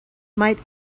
might